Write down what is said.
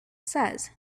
says